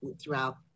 throughout